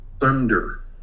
thunder